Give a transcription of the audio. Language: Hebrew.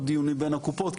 או דיונים בין הקופות,